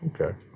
okay